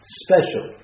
special